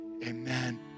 Amen